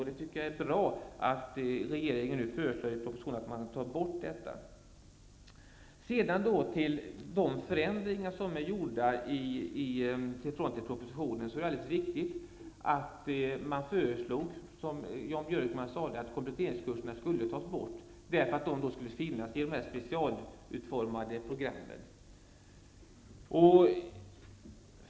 Det är bra att regeringen nu föreslår i propositionen att detta skall tas bort. Jag vill ta upp de förändringar som har gjorts i förhållande till propositionen. Det är alldeles riktigt, som Jan Björkman sade, att det i propositionen föreslogs att kompletteringskurserna skulle tas bort. De skulle i stället finnas i de specialutformade programmen.